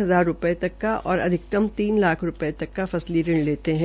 हजार रूपये तक का और अधिकतम तीन लाख रूपये तक का ऋण लेते है